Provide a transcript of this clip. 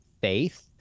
faith